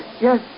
Yes